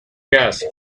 gas